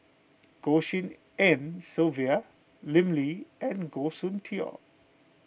Goh Tshin En Sylvia Lim Lee and Goh Soon Tioe